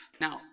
Now